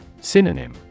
Synonym